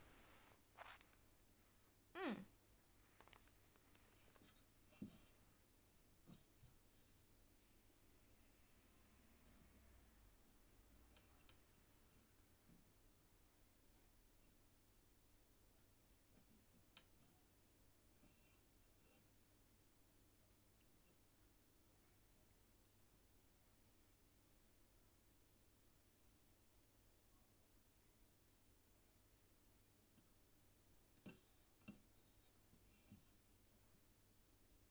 hmm